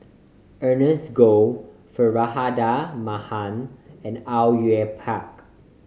Ernest Goh Faridah Hanum and Au Yue Pak